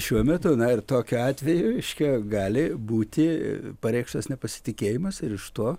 šiuo metu na ir tokiu atveju reiškia gali būti pareikštas nepasitikėjimas ir iš to